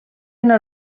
una